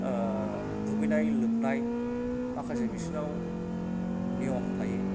ओ दुगैनाय लुगैनाय माखासे बिसिनाव नियम थायो